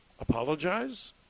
apologize